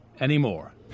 anymore